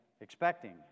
expecting